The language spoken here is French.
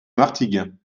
martigues